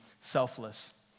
selfless